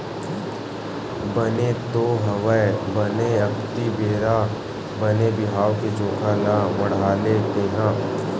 बने तो हवय बने अक्ती बेरा बने बिहाव के जोखा ल मड़हाले तेंहा